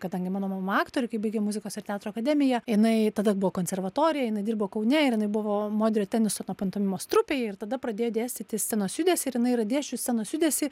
kadangi mano mama aktorė kai baigė muzikos ir teatro akademiją inai tada buvo konservatorija inai dirbo kaune ir inai buvo modrio tenisono pantomimos trupėj ir tada pradėjo dėstyti scenos judesį ir jinai yra dėsčius scenos judesį